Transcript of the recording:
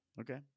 Okay